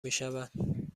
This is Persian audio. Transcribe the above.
میشود